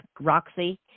Roxy